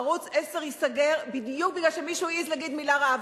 ערוץ-10 ייסגר בדיוק כי מישהו העז להגיד מלה רעה,